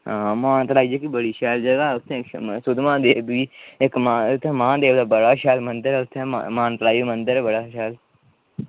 हां मानतलाई जेह्की बड़ी शैल जगह उत्थें सुद महादेव बी इक महा महादेव दा बड़ा शैल मंदर ऐ उत्थें मानतलाई दा मंदर ऐ बड़ा शैल